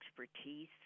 expertise